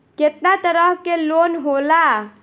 केतना तरह के लोन होला?